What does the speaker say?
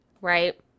right